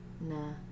Nah